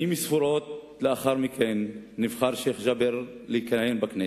שנים ספורות לאחר מכן נבחר שיח' ג'בר לכהן בכנסת,